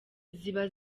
ziba